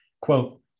quote